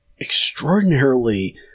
extraordinarily